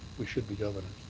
we should be governors.